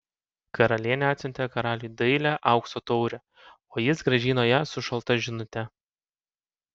karalienė atsiuntė karaliui dailią aukso taurę o jis grąžino ją su šalta žinute